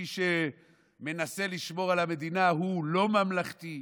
מי שמנסה לשמור על המדינה הוא לא ממלכתי.